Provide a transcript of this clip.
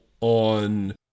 on